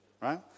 right